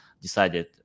decided